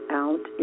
out